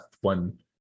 one